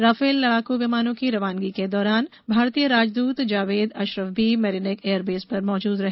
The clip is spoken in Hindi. राफेल लड़ाकू विमानों की रवानगी के दौरान भारतीय राजदूत जावेद अशरफ भी मेरिनेक एयरबेस पर मौजूद रहे